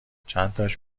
چنتاش